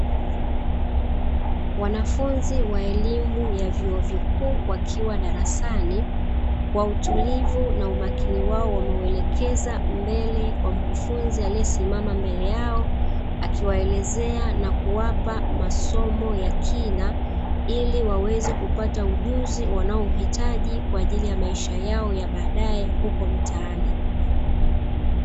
Wanafunzi wa elimu ya vyuo vikuu, wakiwa darasani kwa utulivu na umakini wao wameuelekeza mbele kwa mkufunzi aliyesimama mbele yao, akiwaelezea na kuwapa masomo ya kina, ili waweze kupata ujuzi wanaouhitaji kwa ajili ya maisha yao ya baadaye huko mtaani.